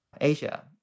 Asia